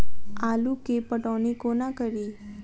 आलु केँ पटौनी कोना कड़ी?